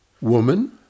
Woman